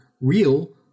real